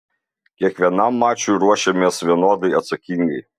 kiekvienam mačui ruošiamės vienodai atsakingai